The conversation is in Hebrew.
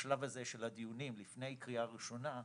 בשלב הזה של הדיונים לפני קריאה ראשונה,